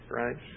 right